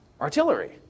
artillery